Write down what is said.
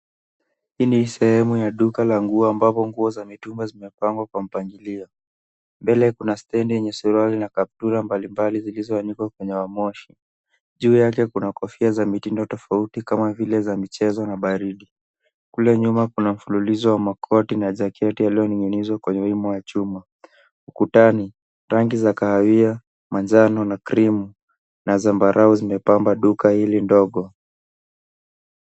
Hii ni sehemu ya duka la nguo ambapo nguo za mitumbas zimepangwa kwa mpangilio ,mbele kuna stendi yenye suruali na kaptura mbalimbali zilizoanikwa kwenye wa mosho ,juu yake kuna kofia za mitindo tofauti kama vile za michezo na baridi, kule nyuma kuna mfululizo wa makoti na jaketi yaliyoninizwa kwenye rimu ya chuma ,ukutani rangi za kahawia, manjano na krimu na zambarau zimepamba duka hili ndogo.